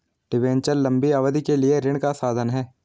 debenture लंबी अवधि के लिए ऋण का साधन है